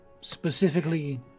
specifically